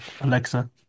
Alexa